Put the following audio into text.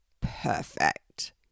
Perfect